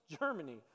Germany